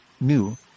new